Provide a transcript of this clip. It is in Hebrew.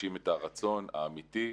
מרגישים את הרצון האמיתי.